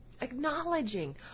acknowledging